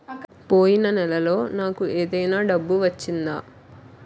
పోయిన నెలలో నాకు ఏదైనా డబ్బు వచ్చిందా?